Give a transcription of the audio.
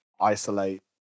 isolate